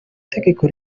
tegeko